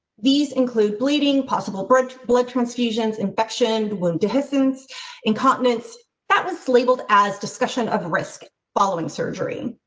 these include bleeding, possible, blood blood transfusions, infection, wound dehiscenced incontinence that was labeled as discussion of risk following surgery.